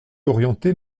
orienté